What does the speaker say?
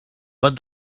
but